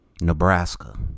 Nebraska